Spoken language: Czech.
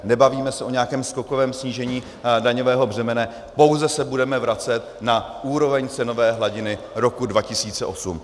Nebavíme se o nějakém skokovém snížení daňového břemene, pouze se budeme vracet na úroveň cenové hladiny roku 2008.